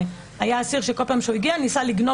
היה אסיר שכל פעם שהוא הגיע הוא ניסה לגנוב.